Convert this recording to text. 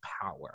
power